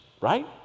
right